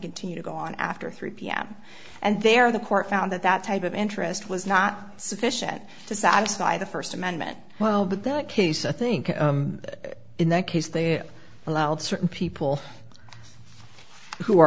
continue to go on after three pm and they are the court found that that type of interest was not sufficient to satisfy the first amendment well but that case i think that in that case they allowed certain people who are